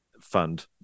fund